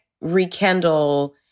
rekindle